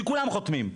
כי כולם חותמים.